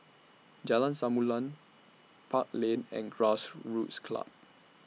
Jalan Samulun Park Lane and Grassroots Club